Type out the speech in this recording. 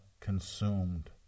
Consumed